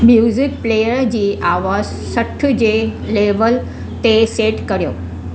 music player जी आवाज़ु सठ जे लेवल ते सेट करियो